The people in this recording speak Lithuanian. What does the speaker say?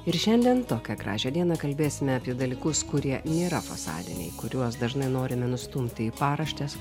ir šiandien tokią gražią dieną kalbėsime apie dalykus kurie nėra fasadiniai kuriuos dažnai norime nustumti į paraštes